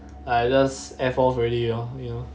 I just F off already lor you know